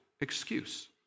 excuse